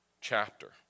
chapter